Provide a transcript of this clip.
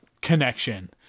connection